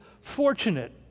fortunate